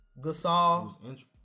Gasol